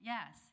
Yes